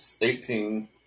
eighteen